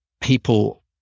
people